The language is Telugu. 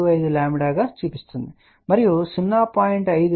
25 గా చూపిస్తుంది మరియు 0